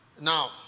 Now